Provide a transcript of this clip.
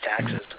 taxes